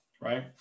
right